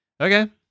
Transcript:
okay